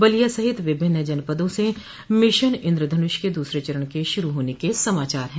बलिया सहित विभिन्न जनपदों से मिशन इंद्रधनुष के दूसरे चरण के शुरू होने के समाचार हैं